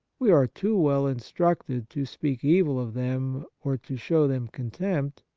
we are too well in structed to speak evil of them, or to show them contempt,